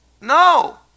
No